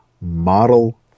model